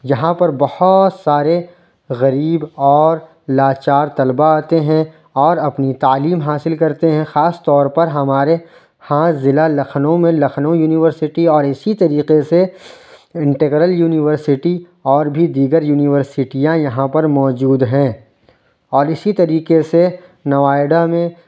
یہاں پر بہت سارے غریب اور لاچار طلبا آتے ہیں اور اپنی تعلیم حاصل کرتے ہیں خاص طور پر ہمارے ہاں ضلع لکھنؤ میں لکھنؤ یونیورسٹی اور اسی طریقے سے انٹگرل یونیورسٹی اور بھی دیگر یونیورسٹیاں یہاں پر موجود ہیں اور اسی طریقے سے نوائیڈا میں